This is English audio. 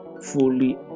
fully